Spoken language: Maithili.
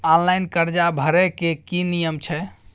ऑनलाइन कर्जा भरै के की नियम छै?